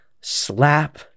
slap